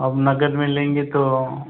अब नग़द में लेंगे तो